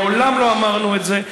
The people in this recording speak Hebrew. מעולם לא אמרנו את זה,